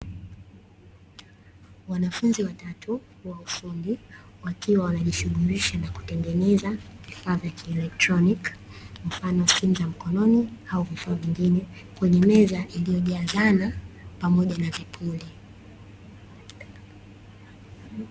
Wanafunzi watatu wa ufundi wakiwa wanajishughulisha na kutengeneza vifaa vya kielektroniki mfano simu za mkononi au vifaa vingine kwenye meza iliyojazana pamoja na vipuli.